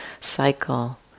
cycle